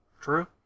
True